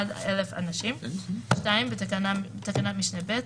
עד 1,000 אנשים."; בתקנת משנה (ב),